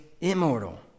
immortal